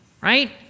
right